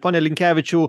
pone linkevičiau